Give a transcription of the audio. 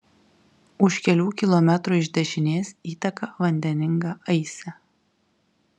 už kelių kilometrų iš dešinės įteka vandeninga aisė